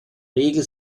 regel